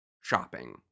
shopping